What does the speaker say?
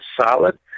solid